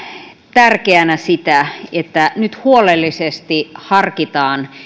tärkeänä sitä että nyt huolellisesti harkitaan